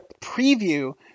preview